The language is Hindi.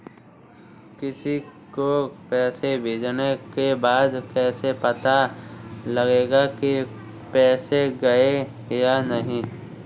किसी को पैसे भेजने के बाद कैसे पता चलेगा कि पैसे गए या नहीं?